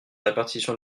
répartition